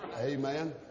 Amen